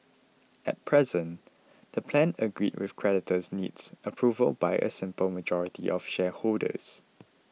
at present the plan agreed with creditors needs approval by a simple majority of shareholders